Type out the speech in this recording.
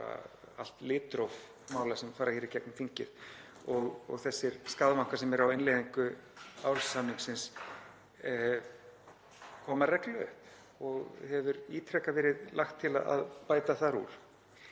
allt litróf mála sem fara í gegnum þingið. Þessir skavankar sem er á innleiðingu Árósasamningsins koma reglulega upp og hefur ítrekað verið lagt til að bæta þar úr.